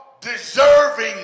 deserving